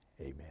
amen